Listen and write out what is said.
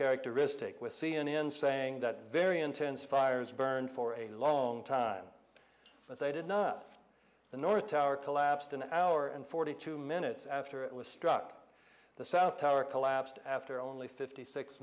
characteristic with c n n saying that very intense fires burned for a long time but they did not the north tower collapsed an hour and forty two minutes after it was struck the south tower collapsed after only fifty six